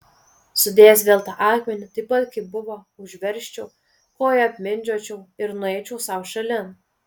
sudėjęs vėl tą akmenį taip pat kaip buvo užversčiau koja apmindžiočiau ir nueičiau sau šalin